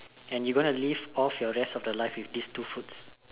and you going to live off the rest of your life with this two foods